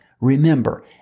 Remember